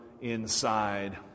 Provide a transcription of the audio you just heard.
inside